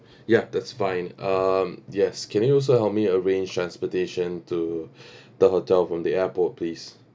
yup that's fine um yes can you also help me arrange transportation to the hotel from the airport please